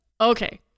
Okay